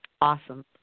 awesome